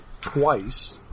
twice